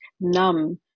numb